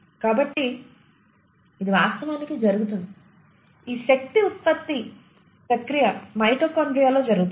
కాబట్టి ఇది వాస్తవానికి జరుగుతుంది ఈ శక్తి ఉత్పత్తి ప్రక్రియ మైటోకాండ్రియాలో జరుగుతుంది